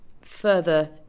further